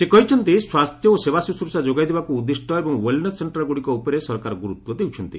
ସେ କହିଛନ୍ତି ସ୍ୱାସ୍ଥ୍ୟ ଓ ସେବାଶୁଶ୍ରୁଷା ଯୋଗାଇଦେବାକୁ ଉଦ୍ଦିଷ୍ଟ ଏହି ଓ୍ବେଲ୍ନେସ୍ ସେଣ୍ଟରଗୁଡ଼ିକ ଉପରେ ସରକାର ଗୁରୁତ୍ୱ ଦେଉଛନ୍ତି